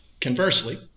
conversely